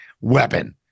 weapon